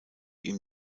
ihm